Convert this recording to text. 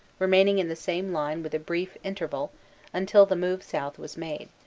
remaining in the same line with a brief inter val until the move south was made.